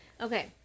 Okay